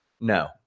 No